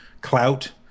clout